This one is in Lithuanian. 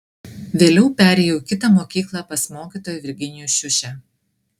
vėliau perėjau į kitą mokyklą pas mokytoją virginijų šiušę